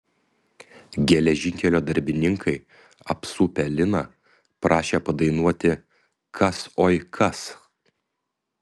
geležinkelio darbininkai apsupę liną prašė padainuoti kas oi kas